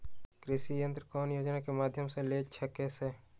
कृषि यंत्र कौन योजना के माध्यम से ले सकैछिए?